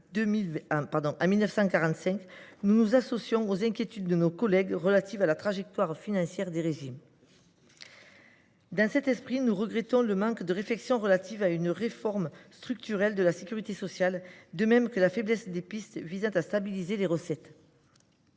en 1945. Ils s’associent, partant, aux inquiétudes de leurs collègues quant à la trajectoire financière des régimes. Dans cet esprit, nous regrettons le manque de réflexions relatives à une réforme structurelle de la sécurité sociale, de même que la faiblesse des pistes visant à stabiliser les recettes.